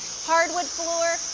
hardwood floor,